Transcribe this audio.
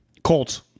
Colts